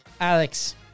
Alex